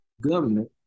government